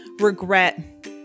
regret